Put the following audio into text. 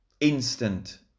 instant